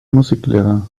musiklehrer